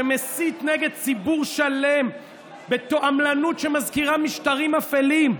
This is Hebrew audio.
שמסית נגד ציבור שלם בתועמלנות שמזכירה משטרים אפלים,